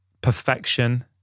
perfection